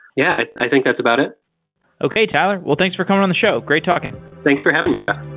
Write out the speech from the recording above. yeah, i think that's about it okay, tyler. well, thanks for coming on the show. great talking thanks for having me, jeff